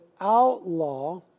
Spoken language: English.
outlaw